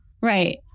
Right